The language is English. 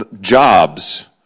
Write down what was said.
jobs